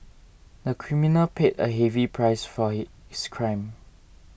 the criminal paid a heavy price for his crime